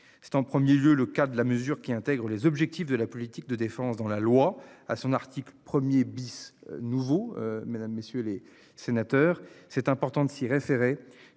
c'est en 1er lieu le cas de la mesure qui intègre les objectifs de la politique de défense dans la loi à son article 1er bis nouveau mesdames, messieurs les sénateurs, c'est important de s'y référer